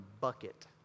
bucket